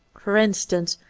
for instance,